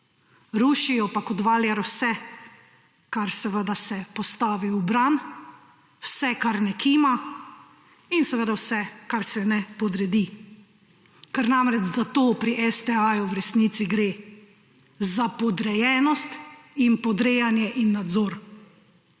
rušijo pa kot valjar vse kar seveda se postavi v bran, vse kar ne kima in seveda vse kar se ne podredi, ker namreč za to pri STA v resnici gre, za podrejenost in podrejanje in nadzor.